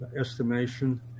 estimation